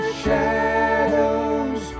shadows